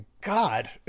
God